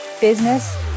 business